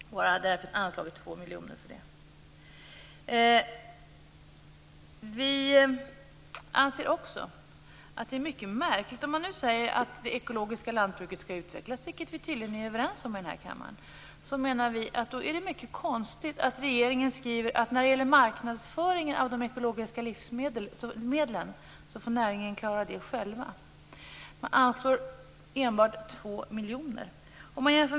Därför har vi anslagit 2 miljoner till det. Nu säger man att det ekologiska lantbruket skall utvecklas, och det är vi tydligen överens om här i kammaren. Då är det mycket konstigt att regeringen skriver att näringen själv får klara marknadsföringen av de ekologiska livsmedlen. Man anslår enbart 2 miljoner till detta.